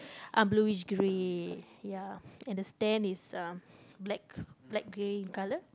I'm bluish grey ya and the stand is uh black black grey in colour